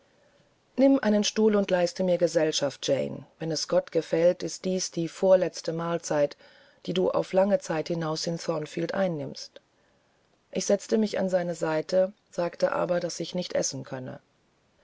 nimm einen stuhl und leiste mir gesellschaft jane wenn es gott gefällt ist dies die vorletzte mahlzeit die du auf lange zeit hinaus in thornfield einnimmst ich setzte mich an seine seite sagte aber daß ich nicht essen könne